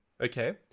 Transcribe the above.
okay